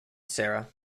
sara